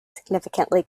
significantly